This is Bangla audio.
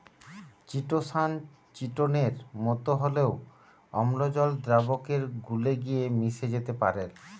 চিটোসান চিটোনের মতো হলেও অম্লজল দ্রাবকে গুলে গিয়ে মিশে যেতে পারেল